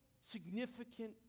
significant